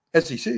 SEC